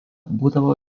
būdavo